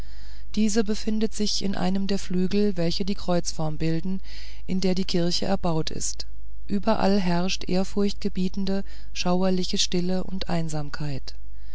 diese befindet sich in einem der flügel welche die kreuzform bilden in der die kirche erbaut ist überall herrscht ehrfurchtgebietende schauerliche stille und einsamkeit